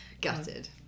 Gutted